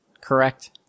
correct